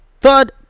third